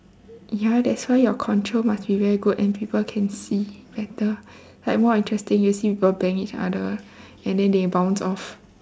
ya that's why your control must be very good and people can see better like more interesting to see people banging each other and then they bounce off